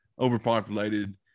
overpopulated